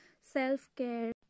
self-care